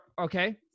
Okay